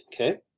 Okay